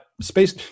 space